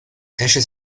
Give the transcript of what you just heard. esce